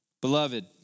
Beloved